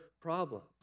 problems